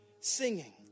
singing